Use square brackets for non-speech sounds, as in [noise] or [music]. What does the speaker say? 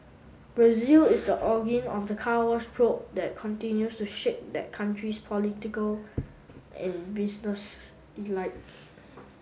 Brazil is the [unintelligible] of the Car Wash probe that continues to shake that country's political and business [unintelligible]